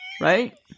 Right